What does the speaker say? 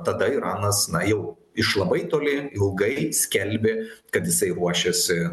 tada iranas na jau iš labai toli ilgai skelbė kad jisai ruošiasi